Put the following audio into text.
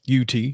UT